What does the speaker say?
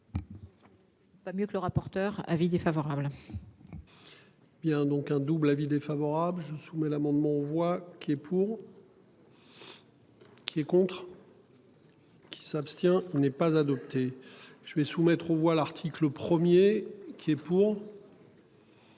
Pas mieux que le rapporteur avis défavorable. Il y a donc un double avis défavorable je soumets l'amendement voix qui est pour. Qui est contre. Qui s'abstient n'est pas adopté, je vais soumettre aux voix l'article 1er qui est pour.